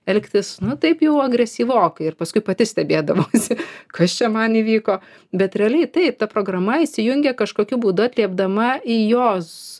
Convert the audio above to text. elgtis nu taip jau agresyvokai ir paskui pati stebėdavausi kas čia man įvyko bet realiai taip ta programa įsijungė kažkokiu būdu atliepdama į jos